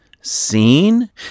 seen